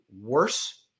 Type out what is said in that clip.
worse